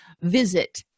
visit